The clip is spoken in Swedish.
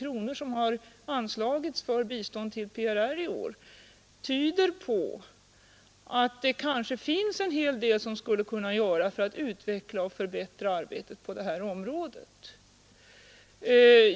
Det framkommer ju i svaret att vi ännu inte vet riktigt vad vi skall göra med de 20 miljoner kronor som har anslagits för bistånd till PRR i år.